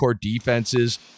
defenses